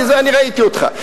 אומר: אני ראיתי אותך.